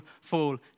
fall